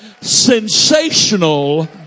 sensational